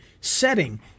setting